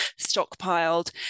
stockpiled